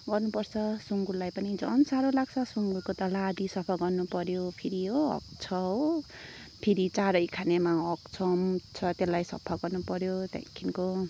गर्नुपर्छ सुँगुररलाई पनि झन् साह्रो लाग्छ सुँगुरको त लादी सफा गर्नुपऱ्यो फेरि हो हग्छ हो फेरि चारै खानेमा हग्छ मुत्छ त्यसलाई सफा गर्नुपऱ्यो त्यहाँदेखिको